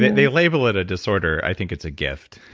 they label it a disorder. i think it's a gift.